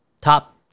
top